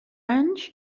anys